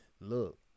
look